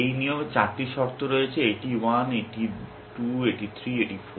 এই নিয়মের চারটি শর্ত রয়েছে এটি 1 এটি 2 এবং 3 এবং 4